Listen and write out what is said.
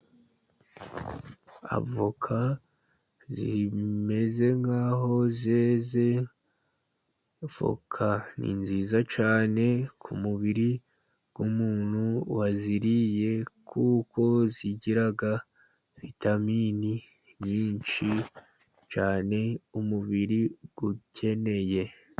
Avoka zimeze nk'aho zeze, avoka ni nziza cyane ku mubiri w'umuntu waziriye, kuko zigira vitaminini nyinshi cyane, umubiri ugukeneye.